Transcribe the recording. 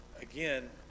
again